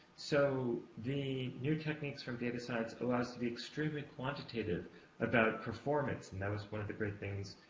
so, the new techniques from data science allow us to be extremely quantitative about performance, and that was one of the great things,